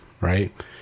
Right